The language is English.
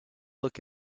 look